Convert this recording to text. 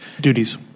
duties